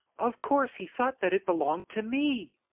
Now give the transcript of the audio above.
of course he thought that it belonged to me.